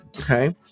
Okay